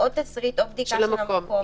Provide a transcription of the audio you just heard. או תשריט או בדיקה של המקום.